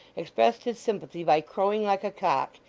expressed his sympathy by crowing like a cock,